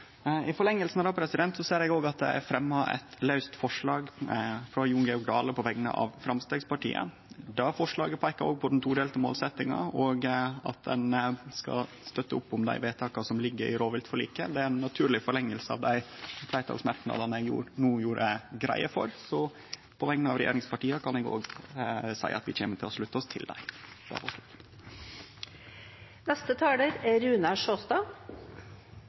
I forlenginga av det ser eg at det er fremja eit laust forslag frå Jon Georg Dale på vegner av Framstegspartiet. Det forslaget peikar òg på den todelte målsetjinga og at ein skal støtte opp om dei vedtaka som ligg i rovviltforliket. Det er ei naturleg forlenging av dei fleirtalsmerknadene eg no gjorde greie for, så på vegner av regjeringspartia kan eg seie at vi kjem til å slutte oss til det.